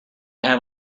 have